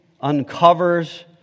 uncovers